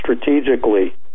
strategically